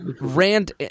Rand